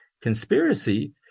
conspiracy